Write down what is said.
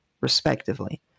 respectively